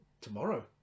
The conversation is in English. tomorrow